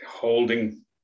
Holding